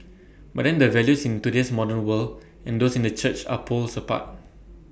but then the values in today's modern world and those in the church are poles apart